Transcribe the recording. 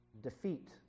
defeat